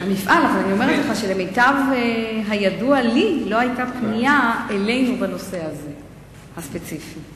אבל למיטב ידיעתי לא היתה פנייה אלינו בנושא הספציפי הזה.